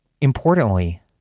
Importantly